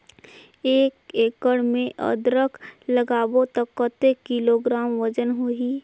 एक एकड़ मे अदरक लगाबो त कतेक किलोग्राम वजन होही?